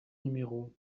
numéro